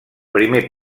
primer